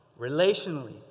relationally